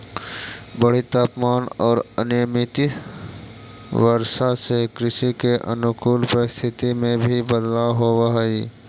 बढ़ित तापमान औउर अनियमित वर्षा से कृषि के अनुकूल परिस्थिति में भी बदलाव होवऽ हई